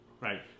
right